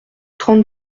trente